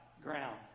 ground